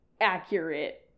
accurate